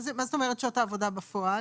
מה זאת אומרת שעות העבודה בפועל?